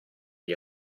gli